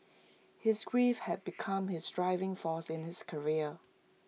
his grief had become his driving force in his career